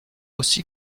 aussi